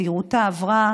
תודה רבה לכולם.